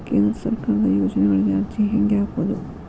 ಕೇಂದ್ರ ಸರ್ಕಾರದ ಯೋಜನೆಗಳಿಗೆ ಅರ್ಜಿ ಹೆಂಗೆ ಹಾಕೋದು?